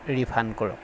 refund কৰক